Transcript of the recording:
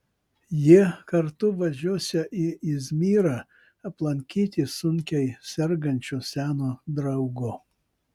jie kartu važiuosią į izmyrą aplankyti sunkiai sergančio seno draugo